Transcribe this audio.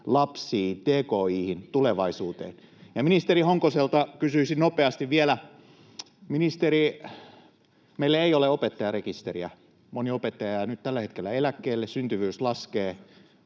lapsiin, tekoihin, tulevaisuuteen? Ministeri Honkoselta kysyisin vielä nopeasti: Ministeri, meillä ei ole opettajarekisteriä. Moni opettaja jää nyt tällä hetkellä eläkkeelle, syntyvyys laskee,